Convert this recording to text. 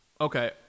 Okay